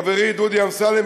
חברי דודי אמסלם,